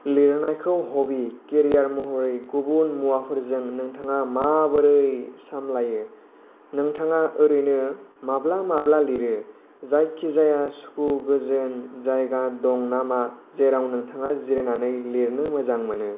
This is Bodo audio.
लिरनायखौ हबि केरियार महरै गुबुन मुवाफोरजों नोंथाङा माबोरै सामलायो मोंथाङा ओरैनो माब्ला माब्ला लिरो जायखिजाया सुखु गोजोन जायगा दं नामा जेराव नोंथाङा जिरायनानै लिरनो मोजां मोनो